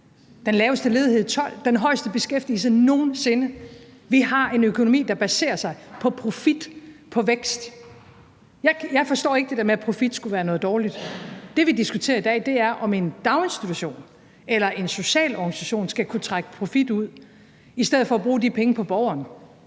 den laveste ledighed i 12, den højeste beskæftigelse nogen sinde. Vi har en økonomi, der baserer sig på profit, på vækst. Jeg forstår ikke det der med, at profit skulle være noget dårligt. Det, vi diskuterer i dag, er, om en daginstitution eller en social organisation skal kunne trække profit ud i stedet for at bruge de penge på borgeren.